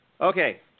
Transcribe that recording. Okay